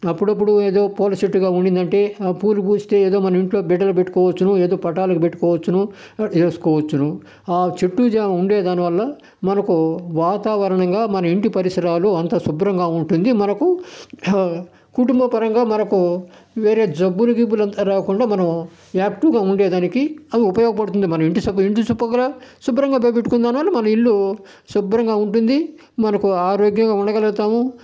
అప్పుడప్పుడు ఏదో పూల చెట్టుగా ఉండిందంటే ఆ పూలు పూస్తే ఏదో మన ఇంట్లో బిడ్డలు పెట్టుకోవచ్చును ఏదో పఠాలకి పెట్టుకోవచ్చును వేసుకోవచ్చును ఆ చెట్టు చేమ ఉండేదానివల్ల మనకు వాతావరణంగా మన ఇంటి పరిసరాలు అంతా శుభ్రంగా ఉంటుంది మనకు కుటుంబ పరంగా మనకు వేరే జబ్బులు గిబ్బులు అంతా రాకుండా మనం యాక్టివ్గా ఉండేదానికి అవి ఉపయోగపడుతుంది మన ఇంటి ఇంటి చుట్టుపక్కల శుభ్రంగా పెట్టుకున్నా కానీ మన ఇల్లు శుభ్రంగా ఉంటుంది మనకు ఆరోగ్యంగా ఉండగలుగుతాము